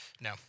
No